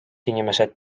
inimesed